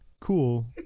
Cool